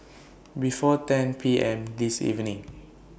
before ten P M This evening